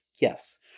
yes